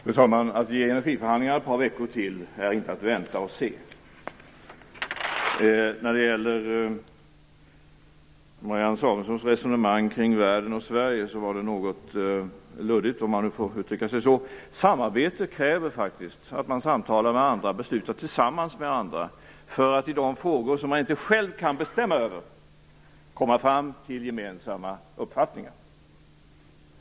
Fru talman! Att ge energiförhandlingarna ett par veckor till är inte att vänta och se. Marianne Samuelssons resonemang kring världen och Sverige var något luddigt, om jag får uttrycka mig så. Samarbete kräver faktiskt att man samtalar med andra och beslutar tillsammans med andra för att i de frågor som man inte själv kan bestämma över komma fram till gemensamma uppfattningar.